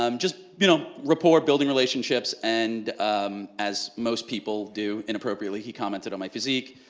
um just you know rapport building relationships and as most people do inappropriately, he commented on my physique,